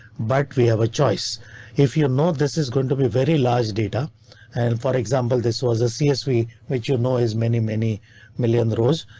but we have a choice if you know this is going to be very large data and for example this was a csv which you know is many many million rows,